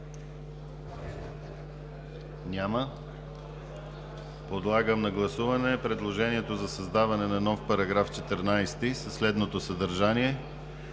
Няма. Подлагам на гласуване предложението за създаване на нов § 14 със следното съдържание: